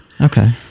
Okay